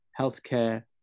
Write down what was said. healthcare